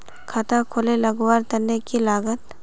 खाता खोले लगवार तने की लागत?